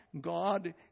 God